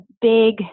big